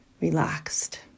relaxed